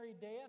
death